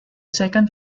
second